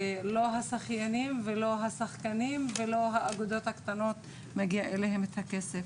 ולא השחיינים ולא השחקנים ולא האגודות הקטנות מגיע אליהם הכסף.